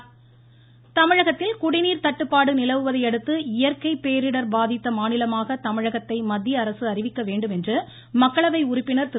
திருமாவளவன் தமிழகத்தில் குடிநீர் தட்டுப்பாடு நிலவுவதையடுத்து இயற்கை பேரிடர் பாதித்த மாநிலமாக தமிழகத்தை மத்தியஅரசு அறிவிக்க வேண்டுமென்று மக்களவை உறுப்பினர் திரு